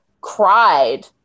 cried